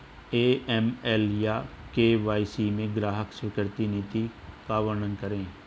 AML या KYC में ग्राहक स्वीकृति नीति का वर्णन करें?